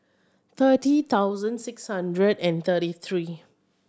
thirty thousand six hundred and thirty three